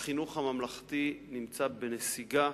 החינוך הממלכתי נמצא בנסיגה.